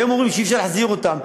היום אומרים שאי-אפשר להחזיר אותם,